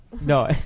No